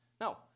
No